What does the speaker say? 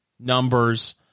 Numbers